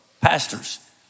pastors